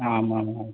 आम् आम् आम्